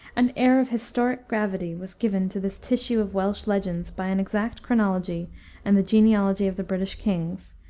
an air of historic gravity was given to this tissue of welsh legends by an exact chronology and the genealogy of the british kings,